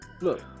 Look